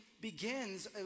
begins